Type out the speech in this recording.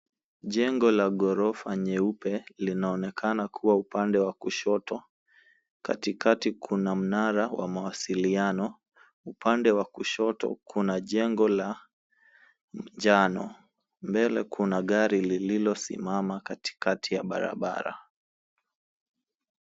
Jengo la ghorofa nyeupe linaonekana kuwa upande wa kushoto. Katikati kuna mnara wa mawasiliano. Upande wa kushoto kuna jengo la njano. Mbele kuna gari lililosimama katikati ya barabara.